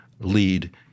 lead